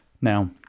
Now